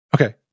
Okay